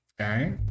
Okay